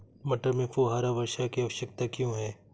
मटर में फुहारा वर्षा की आवश्यकता क्यो है?